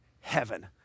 heaven